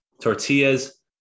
Tortillas